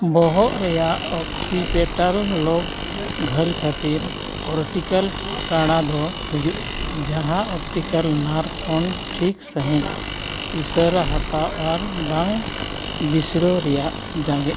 ᱵᱚᱦᱚᱜ ᱨᱮᱭᱟᱜ ᱜᱷᱟᱹᱞ ᱠᱷᱟᱹᱛᱤᱨ ᱠᱟᱬᱟ ᱫᱚ ᱦᱩᱭᱩᱜᱼᱟ ᱡᱟᱦᱟᱸ ᱠᱷᱚᱱ ᱴᱷᱤᱠ ᱥᱟᱹᱦᱤᱡ ᱤᱥᱟᱹᱨᱟ ᱦᱟᱛᱟᱣ ᱟᱨ ᱵᱟᱝ ᱵᱤᱥᱲᱟᱹ ᱨᱮᱭᱟᱜ ᱡᱟᱸᱜᱮᱜᱼᱟ